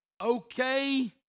Okay